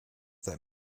that